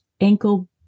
ankle